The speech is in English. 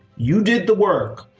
you did the work,